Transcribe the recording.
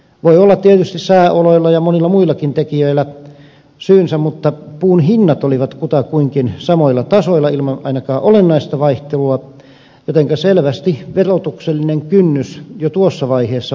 voi olla tietysti sääoloilla ja monilla muillakin tekijöillä vaikutuksensa mutta puun hinnat olivat kutakuinkin samoilla tasoilla ilman ainakaan olennaista vaihtelua jotenka selvästi verotuksellinen kynnys jo tuossa vaiheessa vaikutti